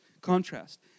contrast